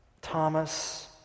Thomas